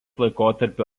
laikotarpiu